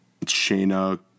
Shayna